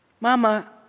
Mama